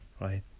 right